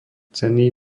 cenný